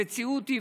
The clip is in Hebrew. המציאות היא,